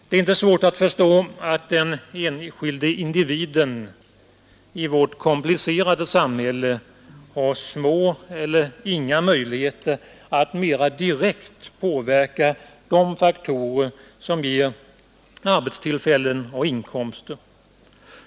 Det är inte svårt att förstå att den enskilde individen i vårt komplicerade samhälle har små eller inga möjligheter att mera direkt påverka de faktorer som ger arbetstillfällen och inkomster.